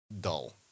dull